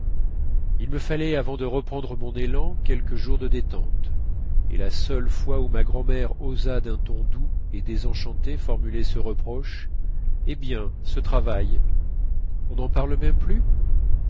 il me fallait avant de reprendre mon élan quelques jours de détente et la seule fois où ma grand'mère osa d'un ton doux et désenchanté formuler ce reproche hé bien ce travail on n'en parle même plus